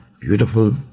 beautiful